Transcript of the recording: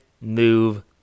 move